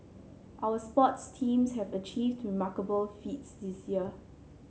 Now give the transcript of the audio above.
our sports teams have achieved remarkable feats this year